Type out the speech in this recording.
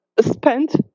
spent